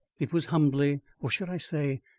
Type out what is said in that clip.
it was humbly, or should i say,